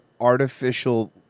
artificial –